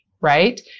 right